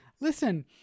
listen